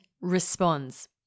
responds